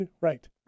right